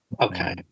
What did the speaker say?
Okay